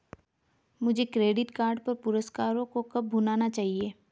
मुझे credit card पर पुरस्कारों को कब भुनाना चाहिए?